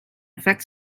affect